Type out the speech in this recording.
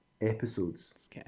episodes